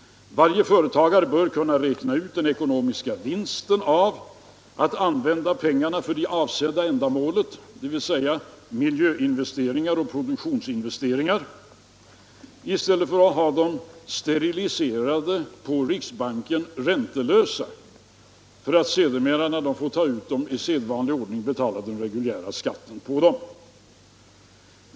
Varje företagare bör kunna räkna ut den ekonomiska vinsten av att använda pengarna för det avsedda ändamålet, dvs. miljöinvesteringar och produktionsinvesteringar, i stället för att ha dem steriliserade, räntelösa på riksbanken, för att sedermera när man får ta ut dem i sedvanlig ordning betala den reguljära skatten på dem.